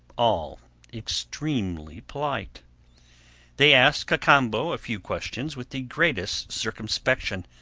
all extremely polite they asked cacambo a few questions with the greatest circumspection,